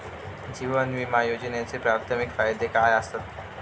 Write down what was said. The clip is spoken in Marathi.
जीवन विमा योजनेचे प्राथमिक फायदे काय आसत?